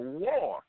war